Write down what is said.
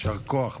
יישר כוח.